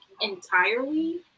entirely